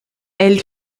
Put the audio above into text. elle